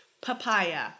Papaya